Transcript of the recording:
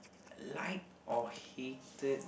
like or hated